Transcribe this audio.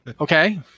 Okay